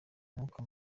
umwuka